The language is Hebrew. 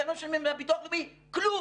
אתם לא משלמים לביטוח לאומי כלום.